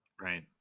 Right